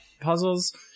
puzzles